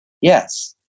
yes